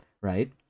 right